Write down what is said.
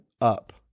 up